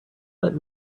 let